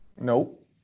Nope